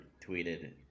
tweeted